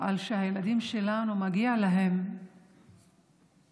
שלילדים שלנו מגיעה אפשרות